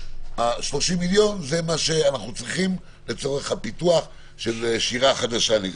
ה-30 מיליון זה מה שאנחנו צריכים לצורך הפיתוח של שיר"ה החדשה,